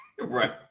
Right